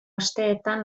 asteetan